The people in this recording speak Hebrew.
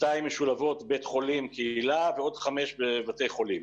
שתיים משולבות בית חולים-קהילה ועוד חמש בבתי חולים.